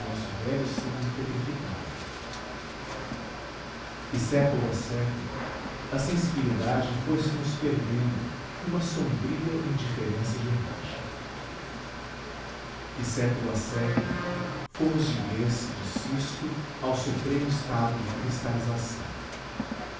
nosso velho sangue petrificado e século a século a sensibilidade foi se nos perdendo numa sombria indiferença de rocha e século a século fomos de grés de cisto ao supremo estado de cristalização